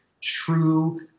true